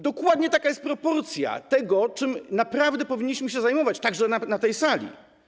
Dokładnie taka jest proporcja tego, czym naprawdę powinniśmy się zajmować także na tej sali.